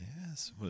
Yes